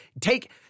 Take